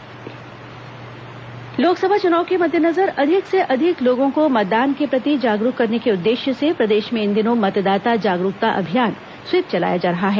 मतदाता जागरूकता कार्यक्रम लोकसभा चुनाव के मद्देनजर अधिक से अधिक लोगों को मतदान के प्रति जागरूक करने के उद्देश्य से प्रदेश में इन दिनों मतदाता जागरूकता अभियान स्वीप चलाया जा रहा है